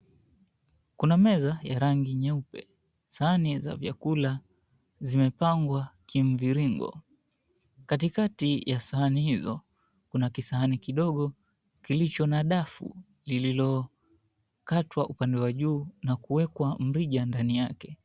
Kuna meza ya rangi nyeupe. Sahani za vyakula zimepangwa kimviringo. Katikati ya sahani hizo, kuna kisahani kidogo kilicho na dafu lililokatwa upande wa juu na kuwekwa mrija ndani yake.